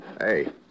Hey